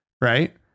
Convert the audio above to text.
right